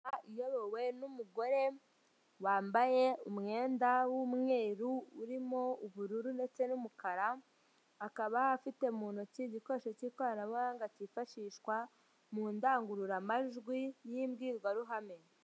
Inama iyobowe n'umugore wambaye umwenda w'umweru urimo ubururu ndetse n'umukara akaba afite mu ntoki igikoresho cy'ikoranabuhanga cyifashishwa mu ndangururamajwi y'imbwirwaruhame .